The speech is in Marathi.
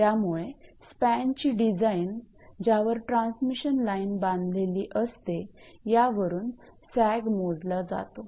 त्यामुळे स्पॅनची डिझाईनज्यावर ट्रान्समिशन लाईन बांधलेली असते यावरून सॅग मोजला जातो